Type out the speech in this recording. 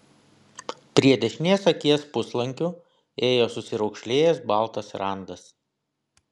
prie dešinės akies puslankiu ėjo susiraukšlėjęs baltas randas